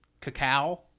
cacao